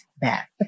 back